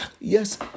Yes